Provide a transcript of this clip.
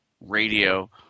radio